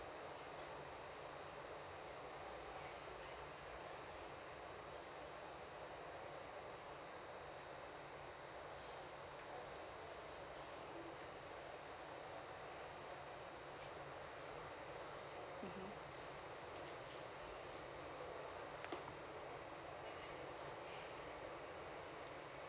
mmhmm